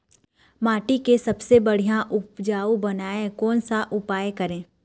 माटी के सबसे बढ़िया उपजाऊ बनाए कोन सा उपाय करें?